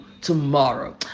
tomorrow